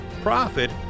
profit